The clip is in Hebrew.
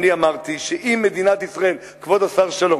אמרתי שאם מדינת ישראל, כבוד השר שלום,